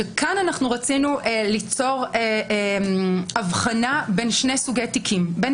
כאן רצינו ליצור הבחנה בין שני סוגים תיקים בין